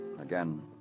again